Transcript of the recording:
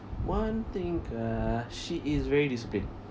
one thing uh she is very disciplined